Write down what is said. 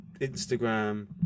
Instagram